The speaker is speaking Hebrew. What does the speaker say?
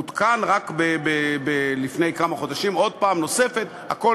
עודכן רק לפני כמה חודשים פעם נוספת, הכול